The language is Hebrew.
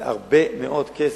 זה הרבה מאוד כסף,